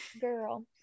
girl